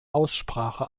aussprache